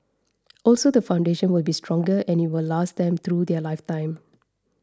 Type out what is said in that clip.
also the foundation will be stronger and it will last them through their lifetime